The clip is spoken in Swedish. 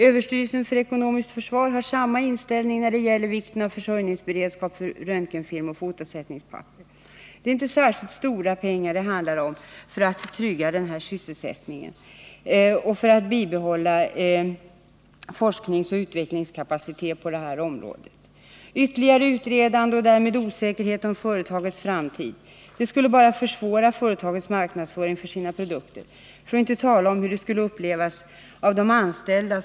Överstyrelsen för ekonomiskt försvar har samma inställning när det gäller vikten av försörjningsberedskap för röntgenfilm och fotosättningspapper. Det ärinte särskilt stora pengar det handlar om för att trygga sysselsättningen och för att bibehålla forskningsoch utvecklingskapacitet på detta område. Ytterligare utredande och därmed osäkerhet om företagets framtid skulle bara försvåra företagets marknadsföring av sina produkter, för att inte tala om hur det skulle upplevas av de anställda.